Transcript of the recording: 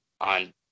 on